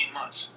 months